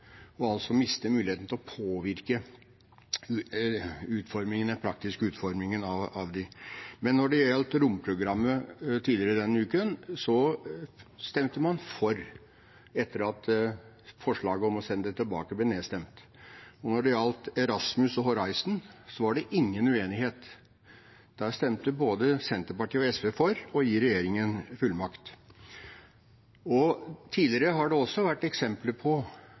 og altså mister muligheten til å påvirke den praktiske utformingen av dem. Men når det gjaldt romprogrammet tidligere denne uken, stemte man for etter at forslaget om å sende det tilbake ble nedstemt. Og når det gjaldt Erasmus og Horisont, var det ingen uenighet. Der stemte både Senterpartiet og SV for å gi regjeringen fullmakt. Tidligere har det også vært eksempler på